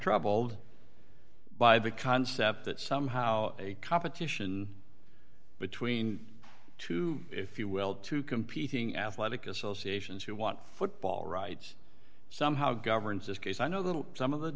troubled by the concept that somehow a competition between two if you will two competing athletic associations who want football rights somehow governs this case i know that some of the